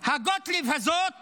הגוטליב הזאת